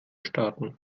starten